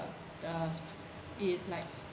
the it like